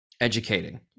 educating